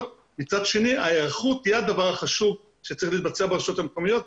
ומצד שני ההיערכות היא הדבר החשוב שצריך להתבצע ברשויות המקומיות,